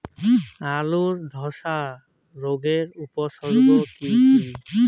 আলুর ধসা রোগের উপসর্গগুলি কি কি?